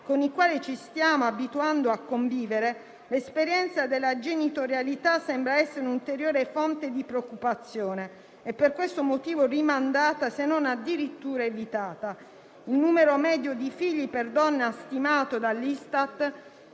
con il quale ci stiamo abituando a convivere, l'esperienza della genitorialità sembra essere un'ulteriore fonte di preoccupazione e per questo motivo rimandata, se non addirittura evitata. Il numero medio di figli per donna stimato dall'Istat